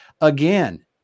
again